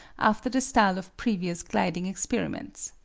after the style of previous gliding experiments.